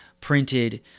printed